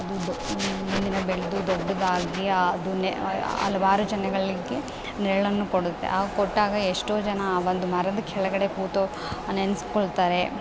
ಅದು ದೊ ಒಂದು ದಿನ ಬೆಳೆದು ದೊಡ್ಡದಾಗಿ ಅದನ್ನೇ ಹಲ್ವಾರು ಜನಗಳಿಗೆ ನೆರಳನ್ನು ಕೊಡುತ್ತೆ ಹಾಗ್ ಕೊಟ್ಟಾಗ ಎಷ್ಟೋ ಜನ ಆ ಒಂದು ಮರದ ಕೆಳಗಡೆ ಕೂತು ನೆನ್ಸಿ ಕೊಳ್ತಾರೆ